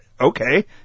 okay